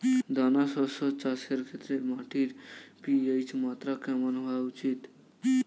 দানা শস্য চাষের ক্ষেত্রে মাটির পি.এইচ মাত্রা কেমন হওয়া উচিৎ?